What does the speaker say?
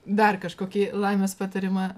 dar kažkokį laimės patarimą